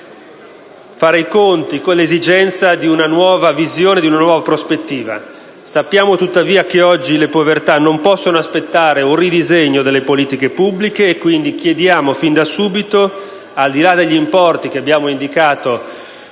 fare i conti con l'esigenza di una nuova visione e di una nuova prospettiva; sappiamo tuttavia che oggi le povertà non possono aspettare un ridisegno delle politiche pubbliche e quindi chiediamo subito, al di là degli importi minimi che abbiamo indicato